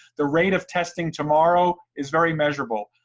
the rate of testing tomorrow is very measurable.